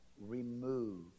remove